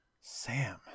Sam